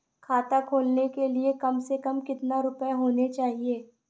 खाता खोलने के लिए कम से कम कितना रूपए होने चाहिए?